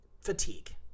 fatigue